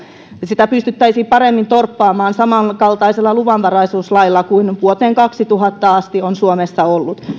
sitä pystyttäisiin paremmin torppaamaan samankaltaisella luvanvaraisuuslailla kuin vuoteen kaksituhatta asti on suomessa ollut